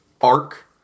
arc